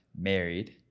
married